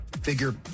figure